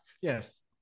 yes